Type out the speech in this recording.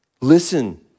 Listen